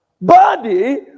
body